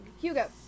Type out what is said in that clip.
Hugo